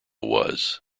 was